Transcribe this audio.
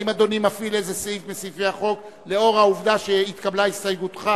האם אדוני מפעיל איזה סעיף מסעיפי החוק לאור העובדה שהתקבלה הסתייגותך?